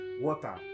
water